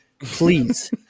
please